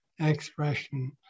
expression